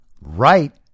right